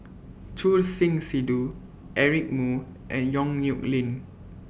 Choor Singh Sidhu Eric Moo and Yong Nyuk Lin